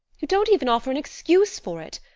you don't even offer an excuse for it.